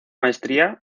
maestría